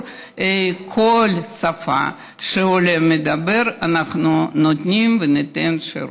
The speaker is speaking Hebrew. ובכל שפה שעולה מדבר אנחנו נותנים וניתן שירות.